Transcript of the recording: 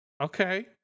Okay